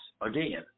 again